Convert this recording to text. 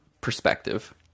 perspective